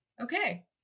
okay